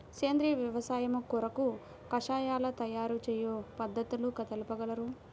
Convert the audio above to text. సేంద్రియ వ్యవసాయము కొరకు కషాయాల తయారు చేయు పద్ధతులు తెలుపగలరు?